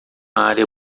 área